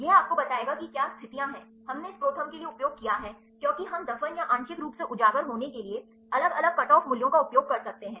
यह आपको बताएगा कि क्या स्थितियां हैं हमने इस प्रोथर्म के लिए उपयोग किया है क्योंकि हम दफन या आंशिक रूप से उजागर होने के लिए अलग अलग कट ऑफ मूल्यों का उपयोग कर सकते हैं